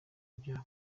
bya